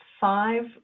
five